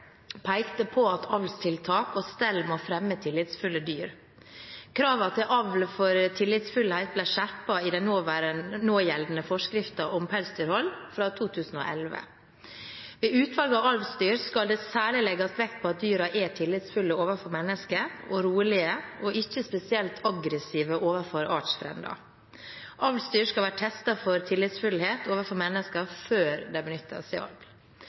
pekte på at avlstiltak og stell må fremme tillitsfulle dyr. Kravene til avl for tillitsfullhet ble skjerpet i den någjeldende forskriften om pelsdyrhold fra 2011. Ved utvalg av avlsdyr skal det særlig legges vekt på at dyrene er tillitsfulle overfor mennesker og rolige og ikke spesielt aggressive overfor artsfrender. Avlsdyr skal være testet for tillitsfullhet overfor mennesker før de benyttes i